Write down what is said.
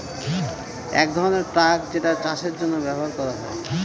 এক ধরনের ট্রাক যেটা চাষের জন্য ব্যবহার করা হয়